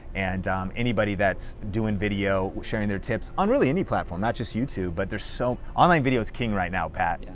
and anybody that's doing video, sharing their tips, on really any platform, not just youtube, but there's so, online video is king right now, pat. yeah